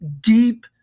deep